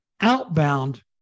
outbound